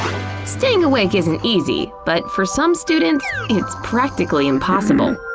staying awake isn't easy, but for some students, it's practically impossible.